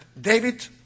David